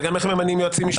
גם איך ממנים יועצים משפטיים.